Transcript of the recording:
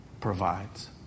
provides